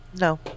No